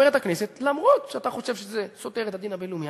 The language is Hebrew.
אומרת הכנסת: אף שאתה חושב שזה סותר את הדין הבין-לאומי,